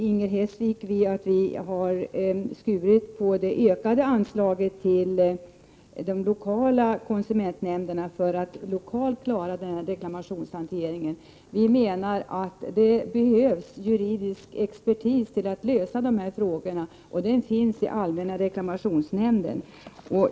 Inger Hestvik fäste sig vid att vi vill skära ned det ökade anslaget till de lokala konsumentnämnderna för att lokalt klara denna reklamationshantering. Vi menar att det behövs juridisk expertis för att lösa dessa frågor och att den finns i allmänna reklamationsnämnden.